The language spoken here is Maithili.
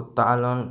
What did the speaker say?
उत्तोलन